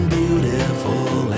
beautiful